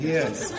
Yes